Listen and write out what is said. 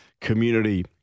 community